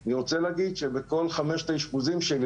אני רוצה להגיד שבכל חמשת האשפוזים שלי